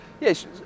Yes